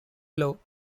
law